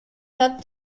had